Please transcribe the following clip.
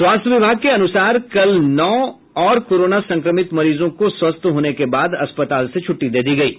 स्वास्थ्य विभाग के अनुसार कल नौ और कोरोना संक्रमित मरीजों को सवस्थ होने के बाद अस्पताल से छुटटी दे दी गई है